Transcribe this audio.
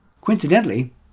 Coincidentally